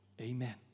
Amen